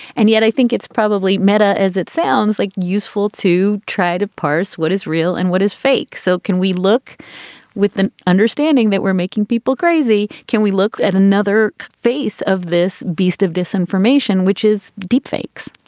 and yet i think it's probably meta, as it sounds like useful to try to parse what is real and what is fake. so can we look with an understanding that we're making people crazy? can we look at another face of this beast of disinformation, which is deep fakes?